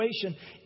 situation